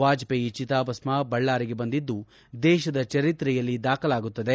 ವಾಜಪೇಯಿ ಚಿತಾಭಸ್ನ ಬಳ್ಳಾರಿಗೆ ಬಂದಿದ್ದು ದೇಶದ ಚರಿತ್ರೆಯಲ್ಲಿ ದಾಖಲಾಗುತ್ತದೆ